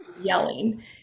yelling